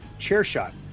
ChairShot